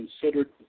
considered